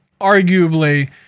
arguably